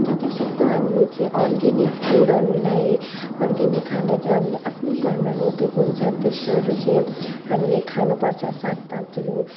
जतिसक्दो हामीले चाहिँ अर्ग्यानिक फुडहरूलाई अर्ग्यानिक खाना चाहिँ हामीले आफ्नै घरमा रोपेको हुन्छ र त्यस्तोहरू चाहिँ हामीले खानुपर्छ सागपातहरू